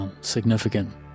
Significant